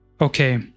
Okay